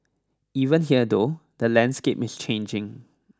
even here though the landscape is changing